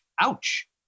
Ouch